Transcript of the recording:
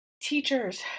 teachers